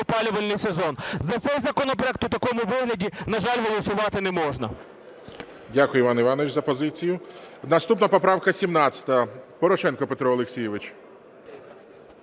опалювальний сезон. За цей законопроект у такому вигляді, на жаль, голосувати не можна. ГОЛОВУЮЧИЙ. Дякую, Іване Івановичу, за позицію. Наступна поправка 17. Порошенко Петро Олексійович.